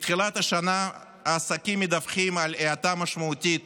מתחילת השנה העסקים מדווחים על האטה משמעותית